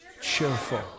Cheerful